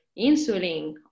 insulin